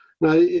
Now